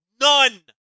None